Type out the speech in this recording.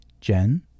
Jen